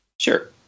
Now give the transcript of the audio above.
Sure